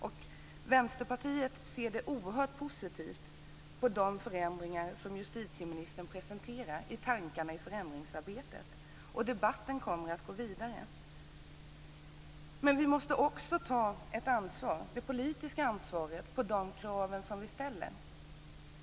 Vänsterpartiet ser oerhört positivt på de tankar om förändringsarbetet som justitieministern presenterar. Debatten kommer att gå vidare. Men vi måste också ta ett ansvar - det politiska ansvaret - för de krav som vi ställer.